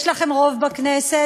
יש לכם רוב בכנסת,